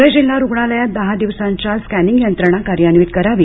ध्ळे जिल्हा रुग्णालयात दहा दिवसांच्या आत स्कॅनिंग यंत्रणा कार्यान्वित करावी